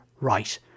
right